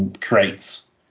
creates